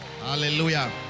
Hallelujah